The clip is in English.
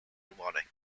mnemonic